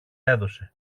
έδωσε